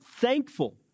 thankful